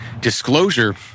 disclosure